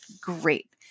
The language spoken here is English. great